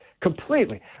completely